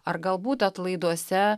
ar galbūt atlaiduose